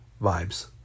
vibes